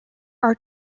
are